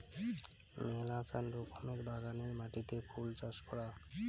মেলাচান রকমের বাগানের মাটিতে ফুল চাষ করাং